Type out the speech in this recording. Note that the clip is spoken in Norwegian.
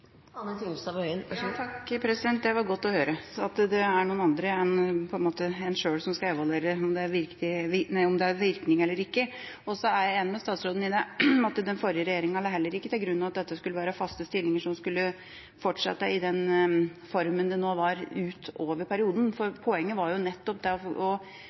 Det var godt å høre at det er noen andre enn en sjøl som skal evaluere om det har virkning eller ikke. Så er jeg enig med statsråden i at den forrige regjeringa heller ikke la til grunn at dette skulle være faste stillinger som skulle fortsette i den formen de nå har, utover perioden. Poenget med å velge ut akkurat disse skolene var nettopp at det var skoler som hadde lavere grunnskolepoeng og